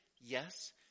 Yes